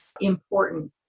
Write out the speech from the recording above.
important